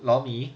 lor mee